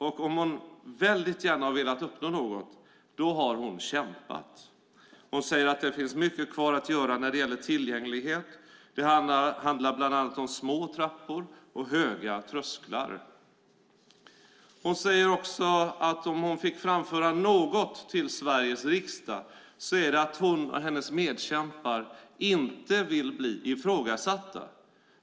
Om hon väldigt gärna har velat uppnå något då har hon kämpat. Hon säger att det finns mycket kvar att göra när det gäller tillgänglighet. Det handlar bland annat om små trappor och höga trösklar. Hon säger också att om hon fick framföra något till Sveriges riksdag skulle det vara att hon och hennes medkämpar inte vill bli ifrågasatta.